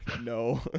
No